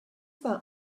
that